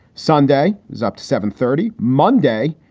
sunday is up to seven thirty monday.